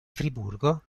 friburgo